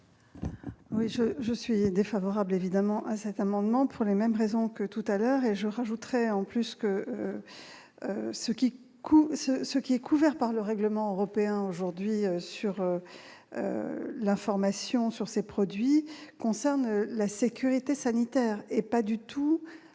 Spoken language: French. Oui je je suis défavorable évidemment à cet amendement pour les mêmes raisons que tout à l'heure et je rajouterais en plus que ce qui compte, ce qui est couvert par le règlement européen aujourd'hui sur l'information sur ces produits concernent la sécurité sanitaire et pas du tout